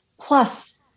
plus